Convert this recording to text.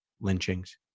lynchings